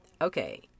Okay